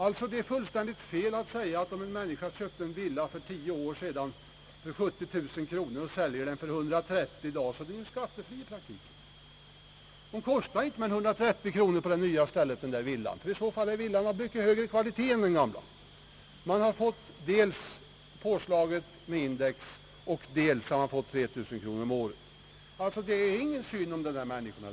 Det är alltså fullkomligt fel att säga detta, ty om en människa köpt en villa för tio år sedan för 70 000 kronor och i dag säljer den för 130 000 kronor, blir den skattefri i praktiken. Den nya villan kostar inte mer än 130000 kronor — annars är den av högre kvalitet än den gamla. Han har som sagt fått påslag dels enligt index, dels med 3 000 kronor om året. Det är inte synd om sådana människor.